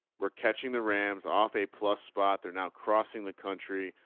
we're catching the rams off a plus spot there. now crossing the country,